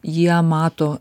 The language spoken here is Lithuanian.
jie mato